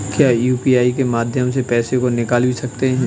क्या यू.पी.आई के माध्यम से पैसे को निकाल भी सकते हैं?